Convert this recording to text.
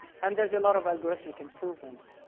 and there's a lot of algorithmic improvements.